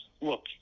Look